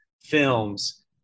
films